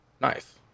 Nice